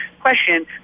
question